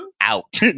out